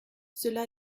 cela